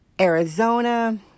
Arizona